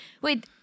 Wait